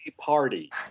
party